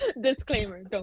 Disclaimer